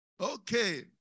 Okay